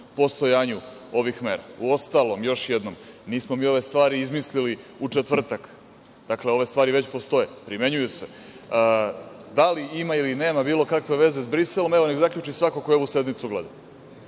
postojanju ovih mera. Uostalom, još jednom, nismo mi ove stvari izmislili u četvrtak, dakle, ove stvari već postoje, primenjuju se. Da li ima ili nema bilo kakve veze sa Briselom, neka zaključi svako ko ovu sednicu gleda,